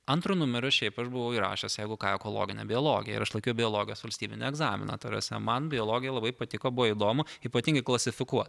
antru numeriu šiaip aš buvau įrašęs jeigu ką ekologinę biologiją ir aš laikiau biologijos valstybinį egzaminą ta prasme man biologija labai patiko buvo įdomu ypatingai klasifikuot